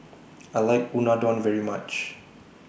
I like Unadon very much